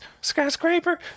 skyscraper